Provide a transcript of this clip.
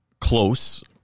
close